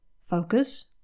focus